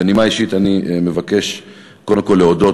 בנימה אישית אני מבקש קודם כול להודות